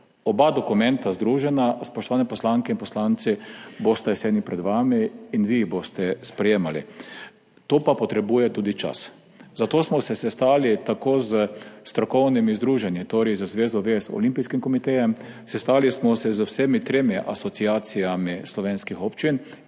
Oba dokumenta, združena, spoštovane poslanke in poslanci, bosta v jeseni pred vami in vi jih boste sprejemali. To pa potrebuje tudi čas, zato smo se sestali tako s strokovnimi združenji, torej z zvezo zvez Olimpijskim komitejem, sestali smo se z vsemi tremi asociacijami slovenskih občin